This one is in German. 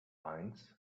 eins